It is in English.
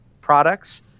products